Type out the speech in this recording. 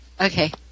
Okay